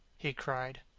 he cried.